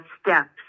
steps